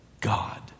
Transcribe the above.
God